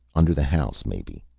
under the house, maybe.